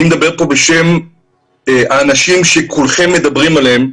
אני מדבר פה בשם האנשים שכולכם מדברים עליהם.